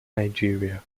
nigeria